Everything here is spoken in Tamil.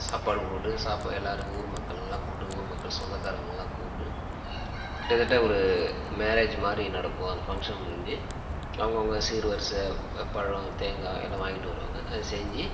சாப்பாடு போட்டு சாப் எல்லாரும் ஊர் மக்கள்லாம் கூப்டு ஊர் மக்கள் சொந்தக்காரங்கல்லாம் கூப்டு கிட்டத்தட்ட ஒரு மேரேஜ் மாதிரி நடக்கும் அந்த ஃபங்க்ஷன் முடிஞ்சு அவங்கவுங்க சீர்வரிசை பழம் தேங்காய் எல்லாம் வாங்கிட்டு வருவாங்கள் அதை செஞ்சு